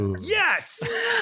Yes